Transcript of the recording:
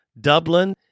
Dublin